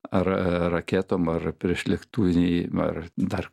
ar raketom ar priešlėktuviniai ar dar